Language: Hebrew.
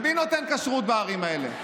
מי נותן כשרות בערים האלה?